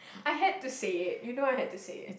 I had to say it you know I had to say it